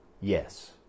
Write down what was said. Yes